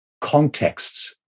contexts